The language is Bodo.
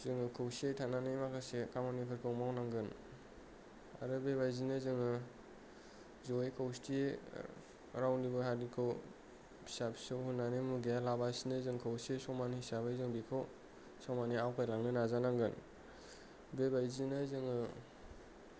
जोङो खौसेयै थानानै माखासे खामानिफोरखौ मावनांगोन आरो बे बायदिनो जोङो जयै खौसेथि रावनिबो हारिखौ फिसा फिसौ होन्नानै मुगैया लाबासिनो जों खौसे समान हिसाबै जों बेखौ समानै आवगाय लांनो नाजा नांगोन बे बायदिनो जोङो